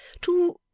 to